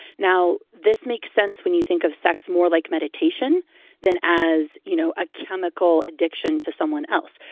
now, this makes sense when you think of sex more like meditation than as you know a chemical addiction to someone else.